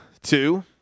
two